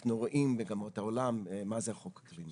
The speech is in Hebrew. שאנחנו רואים כמגמות בעולם לגבי מה זה חוק אקלים.